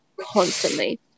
constantly